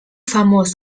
famós